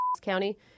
County